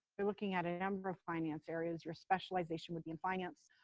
looking at a number of finance areas, your specialization would be in finance.